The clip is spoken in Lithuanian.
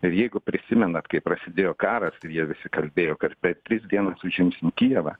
ir jeigu prisimenat kai prasidėjo karas ir jie visi kalbėjo kad per tris dienas užims kijevą